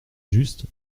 juste